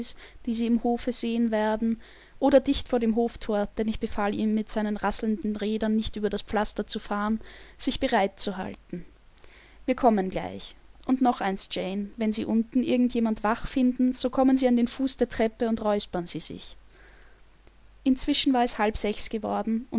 die sie im hofe sehen werden oder dicht vor dem hofthor denn ich befahl ihm mit seinen rasselnden rädern nicht über das pflaster zu fahren sich bereit zu halten wir kommen gleich und noch eins jane wenn sie unten irgend jemand wach finden so kommen sie an den fuß der treppe und räuspern sie sich inzwischen war es halb sechs geworden